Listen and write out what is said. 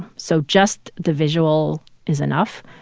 so just the visual is enough.